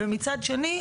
ומצד שני,